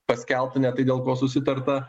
paskelbtų ne tai dėl ko susitarta